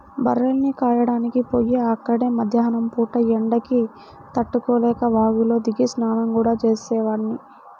బర్రెల్ని కాయడానికి పొయ్యి అక్కడే మద్దేన్నం పూట ఎండకి తట్టుకోలేక వాగులో దిగి స్నానం గూడా చేసేవాడ్ని